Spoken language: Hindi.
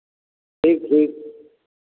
ठीक ठीक